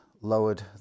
lowered